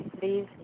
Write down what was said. Please